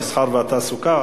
המסחר והתעסוקה,